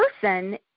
person